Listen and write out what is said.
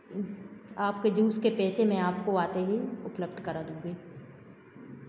आपके जूस के पैसे में आपको आते ही उपलब्ध करा दूंगी